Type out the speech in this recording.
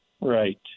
right